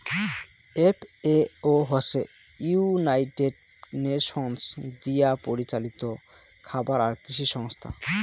FAO হসে United Nations দিয়াপরিচালিত খাবার আর কৃষি সংস্থা